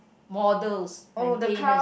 models maintenance